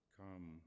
come